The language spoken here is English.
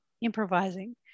improvising